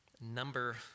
number